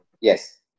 Yes